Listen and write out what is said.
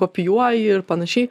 kopijuoji ir panašiai